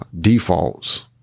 defaults